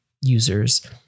users